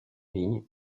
ligne